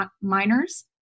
minors